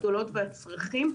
הגדולות והצרכים.